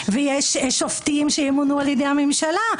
ויש שופטים שימונו על ידי הממשלה,